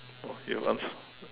!wah! you have answer